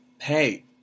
hey